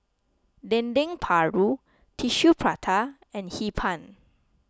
Dendeng Paru Tissue Prata and Hee Pan